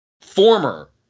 former